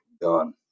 done